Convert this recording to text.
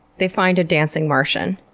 they find a dancing martian,